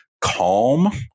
calm